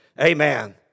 Amen